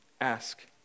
Ask